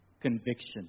conviction